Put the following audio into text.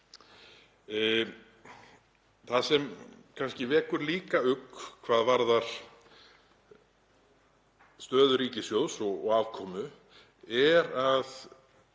Það sem kannski vekur líka ugg hvað varðar stöðu ríkissjóðs og afkomu er að